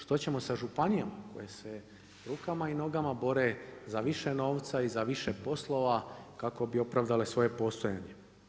Što ćemo sa županijama, koje se rukama i nogama bore za više novca i više poslova kako bi opravdale svoje postojanje.